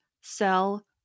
sell